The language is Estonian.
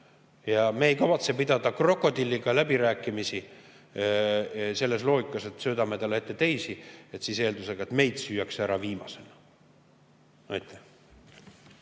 Ja me ei kavatse pidada krokodilliga läbirääkimisi selles loogikas, et söödame talle ette teisi eeldusega, et siis meid süüakse ära viimasena.